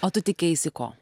o tu tikėjaisi ko